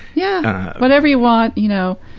yeah, whatever you want, you know,